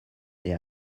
they